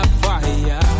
fire